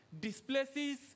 displaces